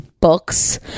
books